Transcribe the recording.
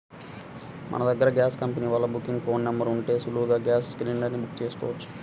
మన దగ్గర gas company వాళ్ళ బుకింగ్ ఫోన్ నెంబర్ ఉంటే సులువుగా గ్యాస్ సిలిండర్ ని బుక్ చెయ్యొచ్చు